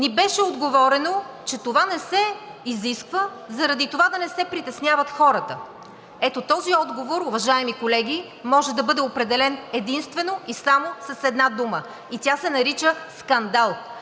ни беше отговорено, че това не се изисква, заради това да не се притесняват хората. Ето този отговор, уважаеми колеги, може да бъде определен единствено и само с една дума и тя се нарича „скандал“,